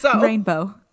Rainbow